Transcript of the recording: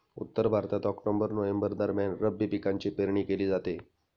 उत्तर भारतात October November दरम्यान रब्बी पिकांची पेरणी केली जाते